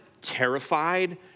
terrified